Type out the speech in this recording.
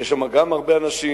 יש גם שם הרבה אנשים,